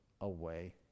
away